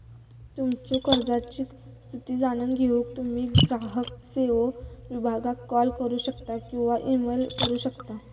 तुमच्यो कर्जाची स्थिती जाणून घेऊक तुम्ही ग्राहक सेवो विभागाक कॉल करू शकता किंवा ईमेल करू शकता